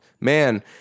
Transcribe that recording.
man